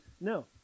No